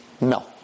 no